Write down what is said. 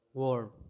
warm